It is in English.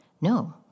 No